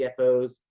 CFOs